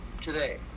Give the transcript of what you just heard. today